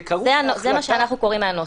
זה מה שאנחנו קוראים מהנוסח.